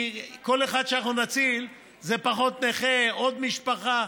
כל אחד שאנחנו נציל, זה פחות נכה, עוד משפחה.